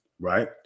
right